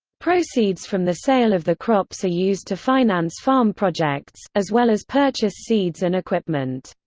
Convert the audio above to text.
proceeds from the sale of the crops are used to finance farm projects, as well as purchase seeds and equipment.